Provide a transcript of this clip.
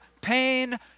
pain